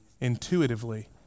intuitively